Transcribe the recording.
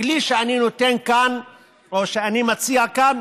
הכלי שאני מציע כאן